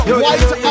white